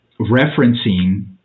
referencing